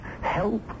help